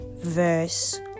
verse